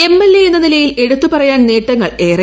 MLA എന്ന നിലയിൽ ് എട്ടുത്തു പറയാൻ നേട്ടങ്ങൾ ഏറെ